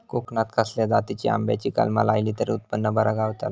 कोकणात खसल्या जातीच्या आंब्याची कलमा लायली तर उत्पन बरा गावताला?